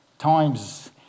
times